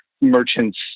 merchants